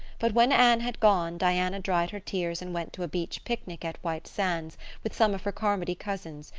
but when anne had gone diana dried her tears and went to a beach picnic at white sands with some of her carmody cousins,